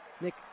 Nick